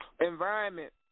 environment